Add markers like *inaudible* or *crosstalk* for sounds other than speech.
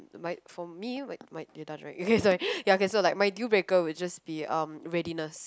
my for me my my right *noise* ya okay sorry so like my deal breaker will just be um readiness